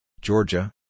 Georgia